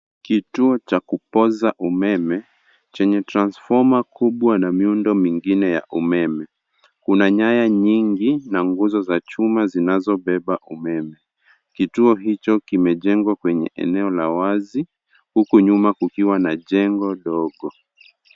Kituo cha kupoza umeme chenye transfoma kubwa na miundo mingine ya umeme. Kuna nyaya nyingi na nguzo za chuma zinazobeba umeme. Kituo hicho kimejengwa kwenye eneo la wazi huku nyuma kukiwa na jengo dogo.